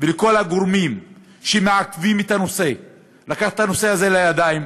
ולכל הגורמים שמעכבים את הנושא לקחת את הנושא הזה לידיים,